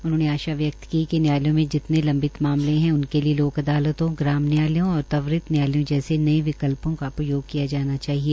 उन्होंने आशा व्यक्त की कि न्यायापलिका मे जितने लम्बित मामले है उनके लिए लोक अदातों ग्राम न्यायालयों और त्वरित न्यायालयों जैसे नए विकल्पों का प्रयोग किया जाना चाहिए